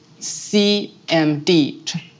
CMD